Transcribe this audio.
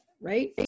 right